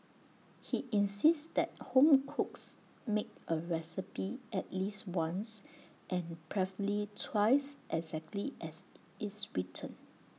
he insists that home cooks make A recipe at least once and preferably twice exactly as IT is written